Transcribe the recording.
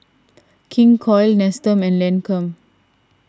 King Koil Nestum and Lancome